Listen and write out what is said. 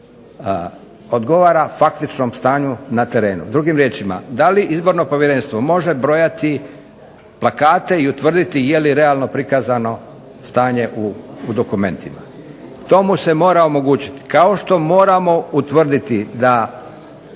odgovara faktičnom stanju na terenu. Drugim riječima, da li izborno povjerenstvo može brojati plakate i utvrditi je li realno prikazano stanje u dokumentima. To mu se mora omogućiti, kao što moramo utvrditi da